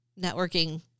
networking